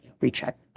recheck